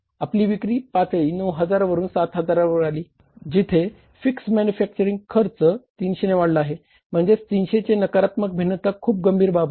आपली विक्री पातळी 9000 वरून 7000 वर आली आहे जिथे फिक्स मॅन्युफॅक्चरिंग खर्च 300 ने वाढला आहे म्हणजे 300 चे नकारात्मक भिन्नता खूप गंभीर बाब आहे